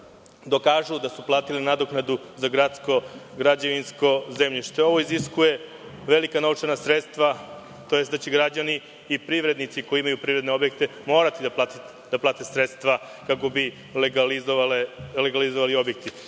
dokažu da su platili nadoknadu za gradsko građevinsko zemljište. Ovo iziskuje velika novčana sredstva, tj. da će građani i privrednici koji imaju privredne objekte morati da plate sredstva kako bi legalizovali objekte. Drugu